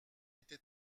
était